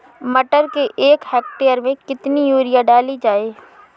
मटर के एक हेक्टेयर में कितनी यूरिया डाली जाए?